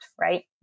right